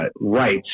rights